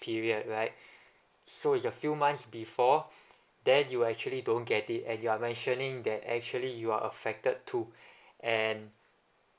period right so is a few months before then you actually don't get it and you are mentioning that actually you are affected too and